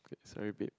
sorry babe